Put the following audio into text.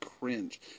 cringe